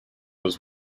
was